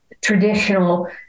traditional